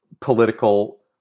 political